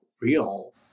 real